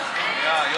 כאן.